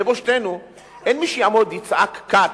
לבושתנו, אין מי שיעמוד, יצעק "קאט"